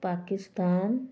Pakistan